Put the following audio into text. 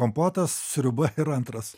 kompotas sriuba ir antras